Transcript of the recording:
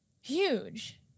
huge